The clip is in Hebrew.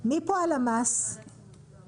מה עשיתם בסוגיות שעלו